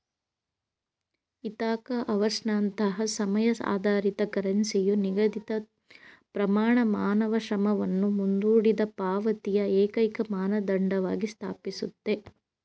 Ithaca ಅವರ್ಸ್ನಂತಹ ಸಮಯ ಆಧಾರಿತ ಕರೆನ್ಸಿಯು ನಿಗದಿತಪ್ರಮಾಣ ಮಾನವ ಶ್ರಮವನ್ನು ಮುಂದೂಡಿದಪಾವತಿಯ ಏಕೈಕಮಾನದಂಡವಾಗಿ ಸ್ಥಾಪಿಸುತ್ತೆ